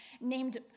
named